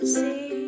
see